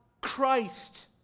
Christ